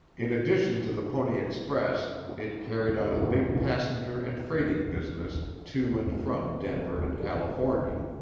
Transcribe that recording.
in addition to the pony express it carried on a big passenger and freighting business to and from denver and california.